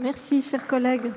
Conformément